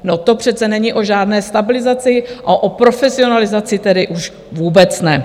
No to přece není o žádné stabilizaci a o profesionalizaci tedy už vůbec ne.